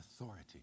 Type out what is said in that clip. authority